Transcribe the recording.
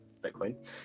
Bitcoin